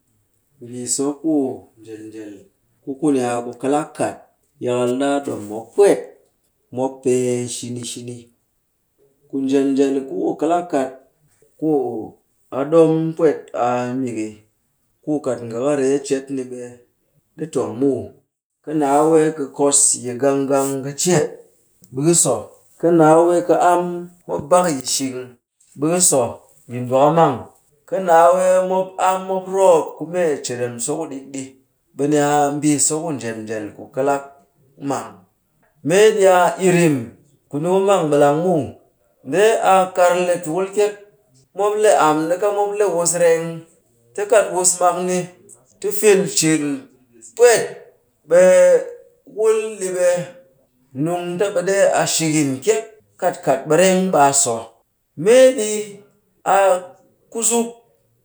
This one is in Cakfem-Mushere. Mbii so ku njel njel, ku ku ni a ku kɨlak kat, yakal ɗaa ɗom mop pwet, mop pee shini shini. Ku njel njel ku ku kɨlak kat, ku a ɗom pwet a miki ku kat nga ka ryee cet ni ɓe ɗi tong muw. Ka naa we ɓe ka kos yi gang gang ka cet, ɓe ka so. Ka naa we ɓe ka am, mop bak yi shing, ɓe ka so yi. Ka naa we mop am mop roop ku mee cirem so kuɗik ɗi. Be ni a mbii so ku njel njel ku kɨlak mang. Mee ɗi a irim, ku ni ku mang ɓilang muw. Ndee a kar le tukul kyek. Mop le am ɗika, mop le wus reng, ti kat wus mak ni, ti fil cin pwet, ɓe wul ɗi ɓe nung ta ɓe ɗee a shikin kyek. Kat kat ɓereng, ɓe a so. Mee ɗi, a kuzuk.